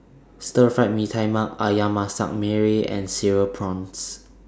Stir Fry Mee Tai Mak Ayam Masak Merah and Cereal Prawns